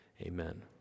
Amen